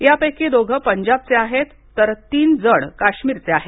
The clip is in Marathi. यांपैकी दोघं पंजाबचे आहेत तर तीन जण काश्मीरचे आहेत